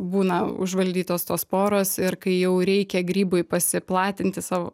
būna užvaldytos tos sporos ir kai jau reikia grybui pasiplatinti sau